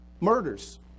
murders